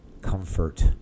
comfort